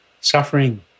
suffering